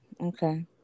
Okay